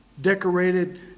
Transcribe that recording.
Decorated